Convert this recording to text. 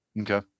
okay